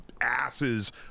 asses